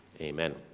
Amen